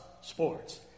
sports